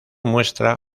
muestra